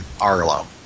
Arlo